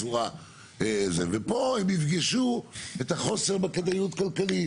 פה הם יפגשו את החוסר בכדאיות כלכלית